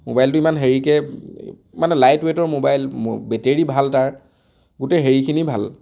মোবাইলটো ইমান হেৰিকৈ মানে লাইট ৱেইটৰ মোবাইল বেটেৰী ভাল তাৰ গোটেই হেৰিখিনি ভাল